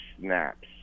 snaps